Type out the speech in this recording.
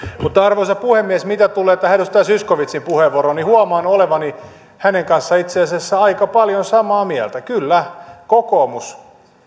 mutta arvoisa puhemies mitä tulee tähän edustaja zyskowiczin puheenvuoroon niin huomaan olevani hänen kanssaan itse asiassa aika paljon samaa mieltä kyllä kokoomus